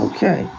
Okay